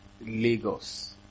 Lagos